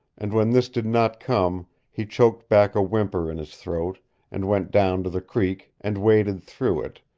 and when this did not come he choked back a whimper in his throat, and went down to the creek, and waded through it,